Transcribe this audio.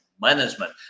management